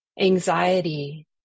anxiety